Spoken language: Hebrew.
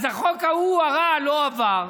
אז החוק הרע ההוא לא עבר,